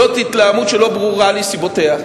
זאת התלהמות שלא ברורות לי סיבותיה.